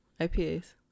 IPAs